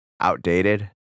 outdated